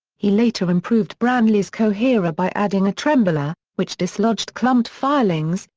he later improved branly's coherer by adding a trembler which dislodged clumped filings,